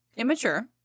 Immature